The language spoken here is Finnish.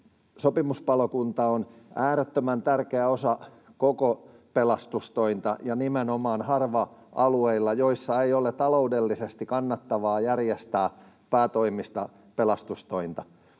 Sopimuspalokunta on äärettömän tärkeä osa koko pelastustointa ja nimenomaan harva-alueilla, missä ei ole taloudellisesti kannattavaa järjestää päätoimista pelastustointa,